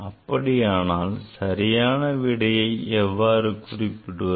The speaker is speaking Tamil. அப்படியானால் சரியான விடையை எவ்வாறு குறிப்பிடுவது